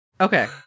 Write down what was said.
Okay